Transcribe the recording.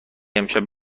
امشب